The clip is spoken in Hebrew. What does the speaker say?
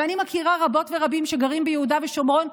ואני מכירה רבות ורבים שגרים ביהודה ושומרון,